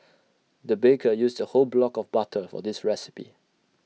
the baker used A whole block of butter for this recipe